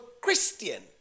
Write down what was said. Christian